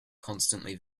constantly